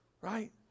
right